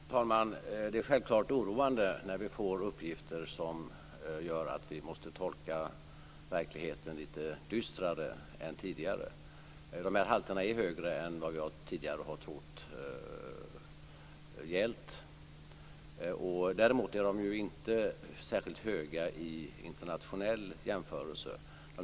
Fru talman! Det är självklart oroande när vi får uppgifter som gör att vi måste tolka verkligheten lite dystrare än tidigare. De här halterna är högre än vi tidigare har trott. Däremot är de inte särskilt höga vid internationell jämförelse.